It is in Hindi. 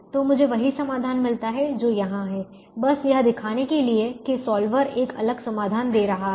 तो मुझे वही समाधान मिलता है जो यहां है बस यह दिखाने के लिए कि सॉल्वर एक अलग समाधान दे रहा है